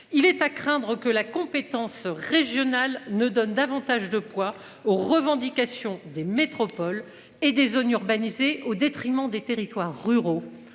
Il est à craindre que la compétence régionale ne donne davantage de poids aux revendications des métropoles et des zones urbanisées au détriment des territoires ruraux